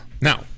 Now